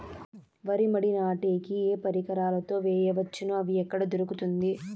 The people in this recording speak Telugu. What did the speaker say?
వరి మడి నాటే కి ఏ పరికరాలు తో వేయవచ్చును అవి ఎక్కడ దొరుకుతుంది?